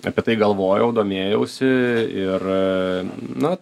apie tai galvojau domėjausi ir a na